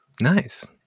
Nice